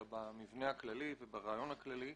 אלא במבנה הכללי וברעיון הכללי.